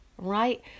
right